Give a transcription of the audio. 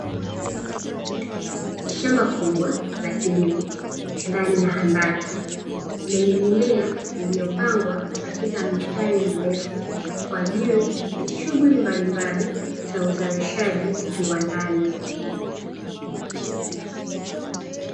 Shamba kubwa la kilimo ndani ya handaki lenye mimea iliyopangwa katika mistari mirefu kwa ajili ya shughuli mbalimbali za uzalishaji viwandani.